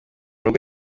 rugo